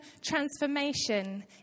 transformation